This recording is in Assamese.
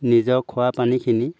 নিজৰ খোৱাপানীখিনি